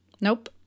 Nope